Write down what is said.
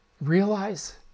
Realize